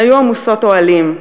הן היו עמוסות אוהלים,